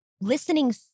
listening